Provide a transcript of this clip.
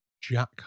Jack